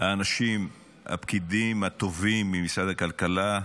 האנשים הפקידים הטובים ממשרד הכלכלה.